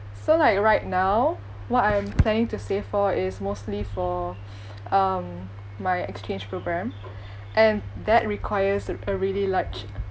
so like right now what I'm planning to save for is mostly for um my exchange program and that requires a a really large